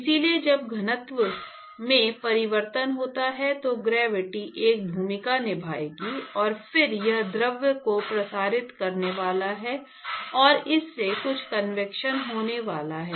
इसलिए जब घनत्व में परिवर्तन होता है तो ग्रेविटी एक भूमिका निभाएगी और फिर यह द्रव को प्रसारित करने वाला है और इससे कुछ कन्वेक्शन होने वाला है